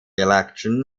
election